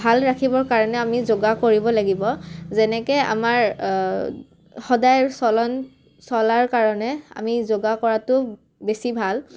ভাল ৰাখিবৰ কাৰণে আমি যোগা কৰিব লাগিব যেনেকৈ আমাৰ সদায় চলন চলাৰ কাৰণে আমি যোগা কৰাটো বেছি ভাল